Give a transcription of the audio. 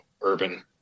urban